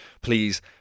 please